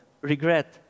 regret